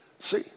See